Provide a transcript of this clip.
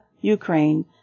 Ukraine